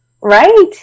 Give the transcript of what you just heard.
right